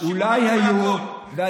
אתה מאשים אותנו בכול.